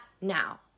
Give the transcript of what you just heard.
now